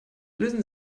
lösen